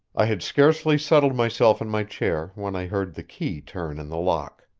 i had scarcely settled myself in my chair when i heard the key turn in the lock.